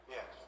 Yes